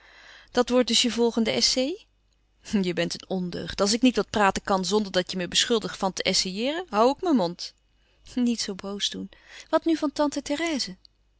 dat wordt dus je volgende essai je bent een ondeugd als ik niet wat praten kan zonder dat je me beschuldigt van te essayeeren hoû ik mijn mond niet zoo boos doen wat nu van tante